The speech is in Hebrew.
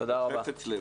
בחפץ לב.